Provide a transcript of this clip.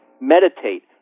meditate